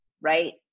right